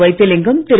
Vaithilingam Thiru